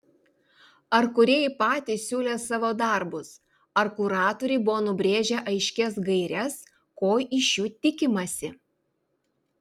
ar kūrėjai patys siūlė savo darbus ar kuratoriai buvo nubrėžę aiškias gaires ko iš jų tikimasi